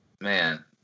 man